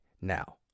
now